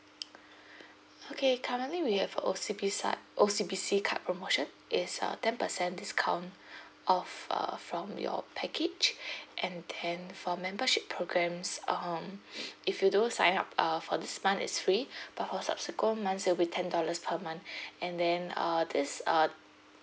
okay currently we have O_C_B~ O_C_B_C card promotion it's a ten percent discount off uh from your package and then for membership programs um if you do sign up uh for this month it's free but for subsequent months it will be ten dollars per month and then uh this uh